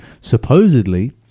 supposedly